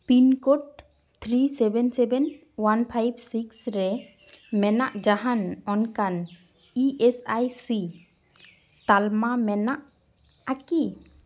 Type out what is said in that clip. pincode three seven seven one five six ᱼᱨᱮ ᱢᱮᱱᱟᱜ ᱡᱟᱦᱟᱱ ᱚᱱᱠᱟᱱ ᱤ ᱮᱥ ᱟᱭ ᱥᱤ ᱛᱟᱞᱢᱟ ᱢᱮᱱᱟᱜᱼᱟ ᱠᱤ